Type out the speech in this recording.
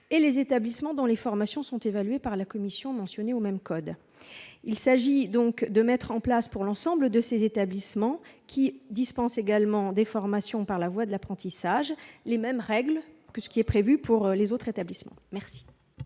et les établissements dont les formations sont évaluées par la commission mentionnée au même code. Il s'agit donc de mettre en place pour l'ensemble de ces établissements, qui dispensent également des formations par la voie de l'apprentissage, les mêmes règles que celles qui sont prévues pour les autres établissements.